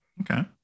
Okay